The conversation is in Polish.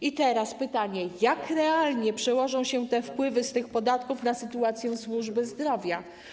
I teraz pytanie: Jak realnie przełożą się te wpływy z tych podatków na sytuację służby zdrowia?